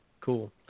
Cool